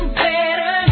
better